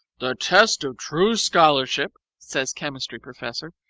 the test of true scholarship says chemistry professor,